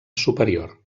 superior